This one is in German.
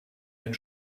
den